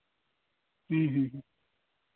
ᱦᱮᱸ ᱦᱮᱸ